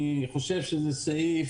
לדעתי, זה סעיף